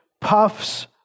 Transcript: puffs